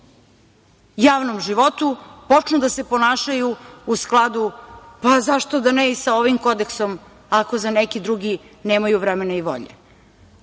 javnom životu počnu da se ponašaju u skladu, pa zašto da ne i sa ovim kodeksom, ako za neki drugi nemaju vremena i volje. Ako